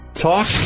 talk